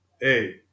Hey